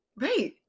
Right